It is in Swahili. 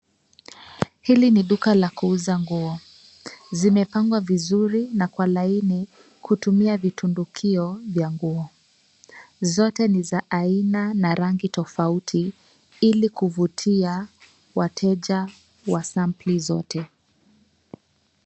Hili ni duka la kuuza nguo. Zimepangwa vizuri na kwa laini kutumia vitundukio vya nguo. Zote ni za aina na rangi tofauti ili kuvutia wateja wa sampuli zote.